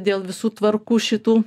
dėl visų tvarkų šitų